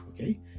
okay